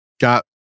got